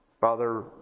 Father